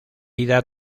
ida